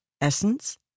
Essence